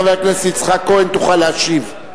חבר הכנסת יצחק כהן, תוכל להשיב.